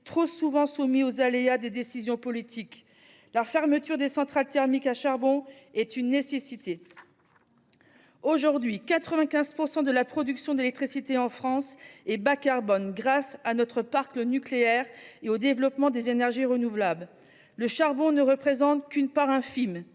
trop souvent soumis aux aléas des décisions politiques. La fermeture des centrales thermiques à charbon est une nécessité. Aujourd’hui, 95 % de la production d’électricité en France est bas carbone grâce à notre parc nucléaire et au développement des énergies renouvelables. Le charbon ne représente plus qu’une part infime